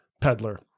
peddler